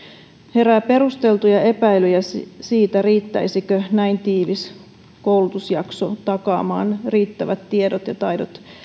herää perusteltuja epäilyjä siitä riittäisikö näin tiivis koulutusjakso takaamaan riittävät tiedot ja taidot